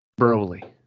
Broly